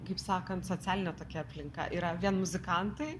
kaip sakant socialinė tokia aplinka yra vien muzikantai